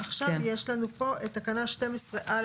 יש לנו פה את תקנה 12א,